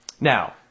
Now